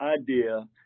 idea